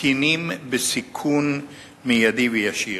קטינים בסיכון מיידי וישיר.